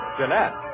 Jeanette